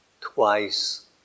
twice